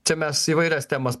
čia mes įvairias temas